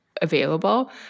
available